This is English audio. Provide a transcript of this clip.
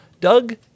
Doug